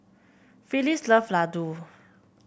Phyllis love laddu